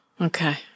Okay